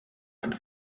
and